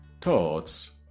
Thoughts